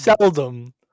seldom